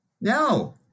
No